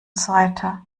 seite